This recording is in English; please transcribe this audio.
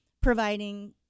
providing